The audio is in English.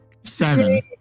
seven